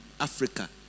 Africa